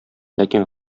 ләкин